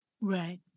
Right